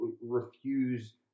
refuse